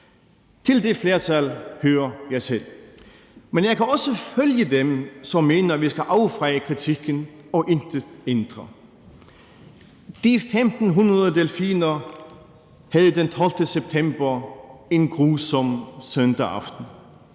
Til det flertal hører jeg selv. Men jeg kan også følge dem, som mener, at vi skal affeje kritikken og intet ændre. De 1.500 delfiner havde den 12. september en grusom søndag aften.